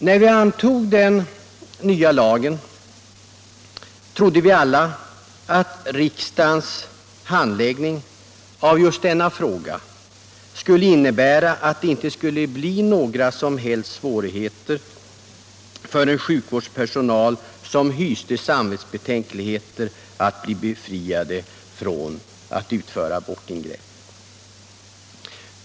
När vi antog den nya abortlagen trodde vi väl alla att riksdagens handläggning av just denna fråga skulle innebära att det inte skulle uppstå några som helst svårigheter för den sjukvårdspersonal, som hyste samvetsbetänkligheter, att bli befriad från att utföra abortingrepp.